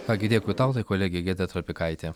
ką gi dėkui tau tai kolegė giedrė trapikaitė